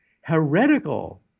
heretical